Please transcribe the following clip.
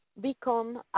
become